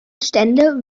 stände